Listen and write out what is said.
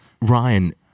Ryan